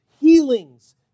healings